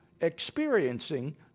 experiencing